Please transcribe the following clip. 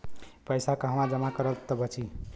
पैसा कहवा जमा करब त बची?